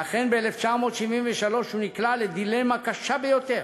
אכן, ב-1973 הוא נקלע לדילמה קשה ביותר: